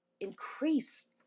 increase